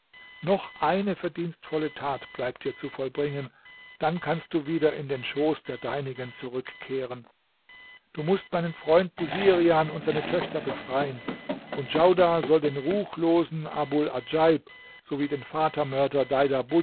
noch eine verdienstvolle tat bleibt dir zu vollbringen dann kannst du wieder in den schoß der deinigen zurückkehren du mußt meinen freund busirian und seine töchter befreien und djaudar soll den ruchlosen abul adjaib so wie den